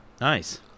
Nice